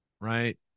right